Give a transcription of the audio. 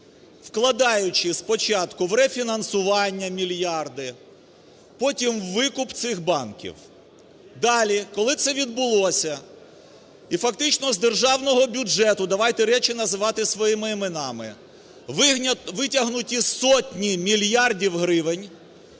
вкладаючи спочатку в рефінансування мільярди, потім викуп цих банків. Далі, коли це відбулося, і фактично з державного бюджету, давайте речі називати своїми іменами, витягнуті сотні мільярдів гривень,